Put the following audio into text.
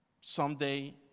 someday